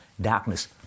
darkness